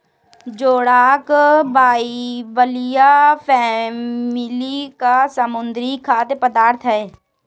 जोडाक बाइबलिया फैमिली का समुद्री खाद्य पदार्थ है